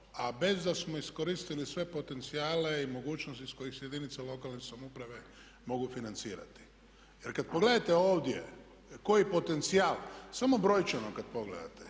a bez da smo iskoristili sve potencijale i mogućnosti iz kojih se jedinice lokalne samouprave mogu financirati. Jer kad pogledate ovdje koji potencijal, samo brojčano kad pogledate,